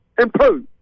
improve